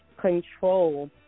control